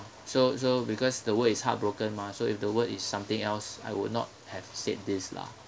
so so because the word is heartbroken mah so if the word is something else I would not have said this lah